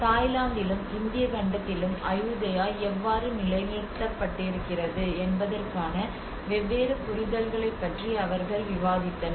தாய்லாந்திலும் இந்தியக் கண்டத்திலும் அயுதயா எவ்வாறு நிலைநிறுத்தப்பட்டிருக்கிறது என்பதற்கான வெவ்வேறு புரிதல்களைப் பற்றி அவர்கள் விவாதித்தனர்